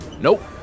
Nope